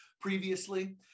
previously